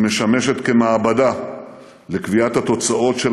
והיא משמשת כמעבדה לקביעת התוצאות של